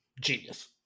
Genius